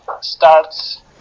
starts